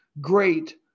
great